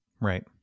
Right